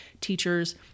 teachers